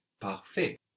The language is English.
parfait